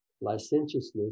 licentiousness